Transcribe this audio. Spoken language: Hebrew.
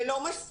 זה לא מספיק.